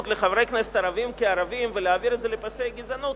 לחברי כנסת ערבים כערבים ולהעביר את זה לפסי גזענות,